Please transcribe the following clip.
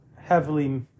Heavily